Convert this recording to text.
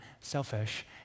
selfish